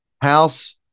House